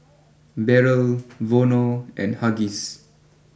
Barrel Vono and Huggies